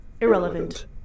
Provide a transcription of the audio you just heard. Irrelevant